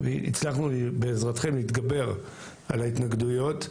והצלחנו בעזרתכם להתגבר על ההתנגדויות.